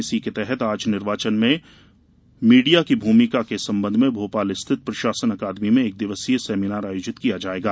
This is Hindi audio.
इसी के तहत आज निर्वाचन में मीडिया की भूमिका के सम्बन्ध में भोपाल स्थित प्रशासन अकादमी में एक दिवसीय सेमिनार आयोजित किया जाएगा